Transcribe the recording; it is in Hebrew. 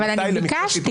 אבל אני ביקשתי.